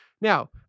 Now